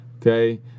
okay